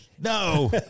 no